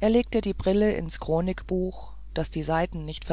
er legte die brille ins chronikbuch daß die stelle nicht